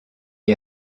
est